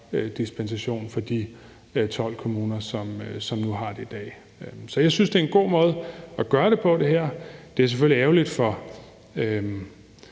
bloc-dispensation for de 12 kommuner, hvor man har det i dag. Jeg synes, det er en god måde at gøre det her på. Det er selvfølgelig ærgerligt for